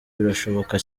birashoboka